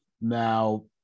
Now